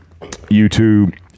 YouTube